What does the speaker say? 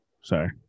Sorry